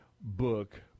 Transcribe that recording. book